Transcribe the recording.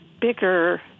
bigger